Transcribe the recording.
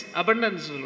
abundance